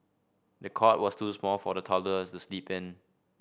the cot was too small for the toddler to sleep in